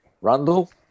Randall